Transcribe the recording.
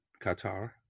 Qatar